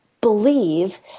believe